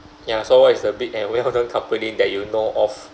ya so what is the big and well-known company that you know of